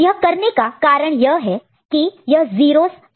यह करने का कारण यह है कि यह 0's का कोई मूल्य नहीं है